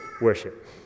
worship